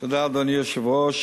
תודה, אדוני היושב-ראש.